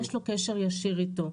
יש לו קשר ישיר איתו.